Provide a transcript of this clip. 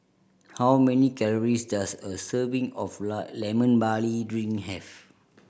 how many calories does a serving of line Lemon Barley Drink have